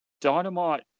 Dynamite